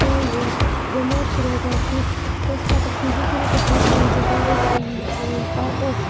سون دٮ۪ماغ چھُ روزان فِٹ أسۍ ہٮ۪کان فِزِکٔلی تہِ فِٹ روٗزِتھ ییٚلہِ أسۍ پَکو